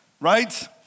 right